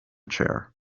chair